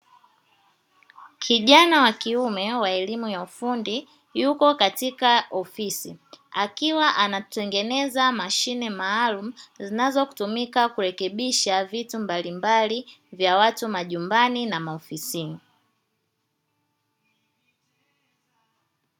Kijana wa kiume wa elimu ya ufundi yuko katika ofisi akiwa anatengeneza mashine maalumu, ambayo inatumika kurekebisha vitu mbalimbali vya watu majumbani na maofisini.